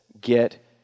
get